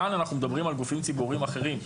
כאן אנחנו מדברים על גופים ציבוריים אחרים,